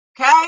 Okay